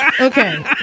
Okay